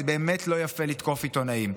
זה באמת לא יפה לתקוף עיתונאים.